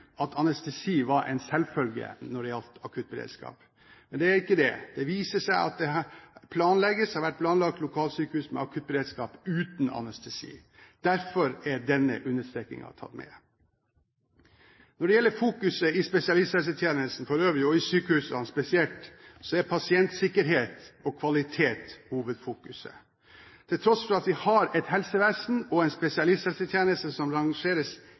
at anestesi var en selvfølge når det gjaldt akuttberedskap, men det er det ikke. Det viser seg at det planlegges, og det har vært planlagt, lokalsykehus med akuttberedskap uten anestesi. Derfor er denne understrekingen tatt med. Når det gjelder fokuset i spesialisthelsetjenesten for øvrig og i sykehusene spesielt, er pasientsikkerhet og kvalitet hovedfokuset. Til tross for at vi har et helsevesen og en spesialisthelsetjeneste som rangeres